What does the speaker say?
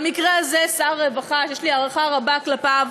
במקרה זה, שר הרווחה, יש לי הערכה רבה כלפיו,